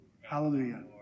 Hallelujah